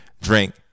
drink